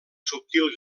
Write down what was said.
subtil